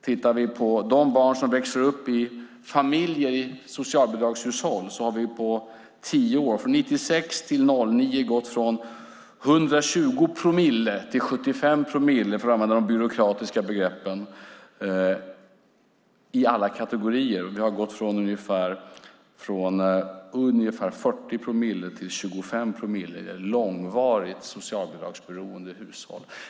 Tittar vi på de barn som växer upp i socialbidragshushåll har vi på drygt tio år, från 1996 till 2009, gått från 120 promille till 75 promille, för att använda de byråkratiska begreppen, i alla kategorier, och vi har gått från ungefär 40 promille till 25 promille när det gäller långvarigt socialbidragsberoende hushåll.